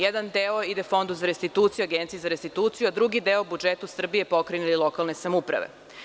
Jedan deo ide Fondu za restituciju, Agenciji za restituciju, a drugi deo budžetu Srbije, pokrajine i lokalne samouprave.